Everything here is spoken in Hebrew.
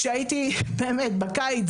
בקיץ,